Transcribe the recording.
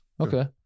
Okay